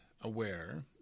aware